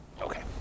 okay